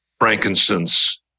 frankincense